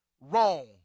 wrong